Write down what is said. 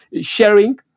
sharing